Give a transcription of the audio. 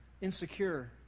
insecure